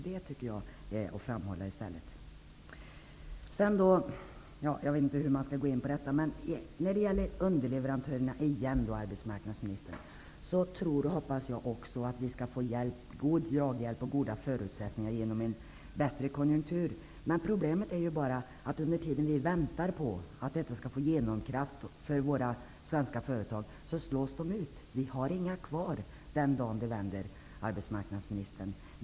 Det tycker jag är någonting att framhålla. När det återigen gäller underleverantörerna tror jag att vi skall få god hjälp och goda förutsättningar genom en bättre konjunktur. Men problemet är att under tiden medan vi väntar på att detta skall slå igenom för de svenska företagen, slås de ut. Den dagen det vänder kommer det inte att finnas några kvar, arbetsmarknadsministern.